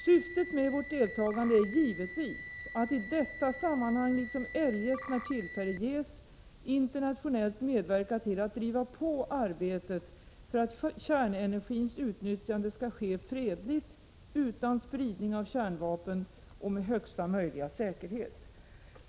Syftet med vårt deltagande är givetvis att, i detta sammanhang liksom eljest när tillfälle ges, internationellt medverka till att driva på arbetet för att kärnenergins utnyttjande skall ske fredligt, utan spridning av kärnvapen och med högsta möjliga säkerhet.